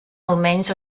almenys